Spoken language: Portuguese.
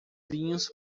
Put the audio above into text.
vinhos